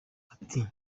ati